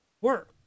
work